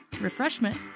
refreshment